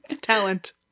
talent